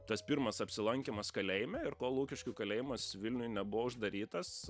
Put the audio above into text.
tas pirmas apsilankymas kalėjime ir kol lukiškių kalėjimas vilniuj nebuvo uždarytas